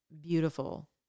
beautiful